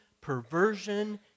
perversion